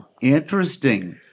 Interesting